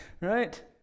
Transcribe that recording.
Right